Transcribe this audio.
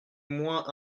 moins